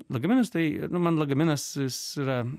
lagaminas tai man lagaminas jis yra